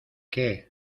qué